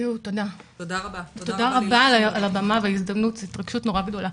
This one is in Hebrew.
תודה רבה על הבמה וההזדמנות, ההתרגשות נורא גדולה.